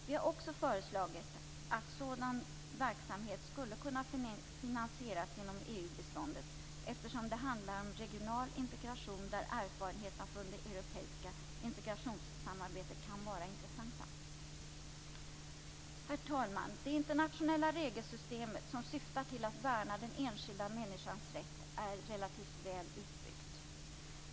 Vi har också föreslagit att sådan verksamhet skulle kunna finansieras genom EU-biståndet, eftersom det handlar om regional integration där erfarenheterna från det europeiska integrationssamarbetet kan vara intressanta. Herr talman! Det internationella regelsystemet som syftar till att värna den enskilda människans rätt är relativt väl utbyggt.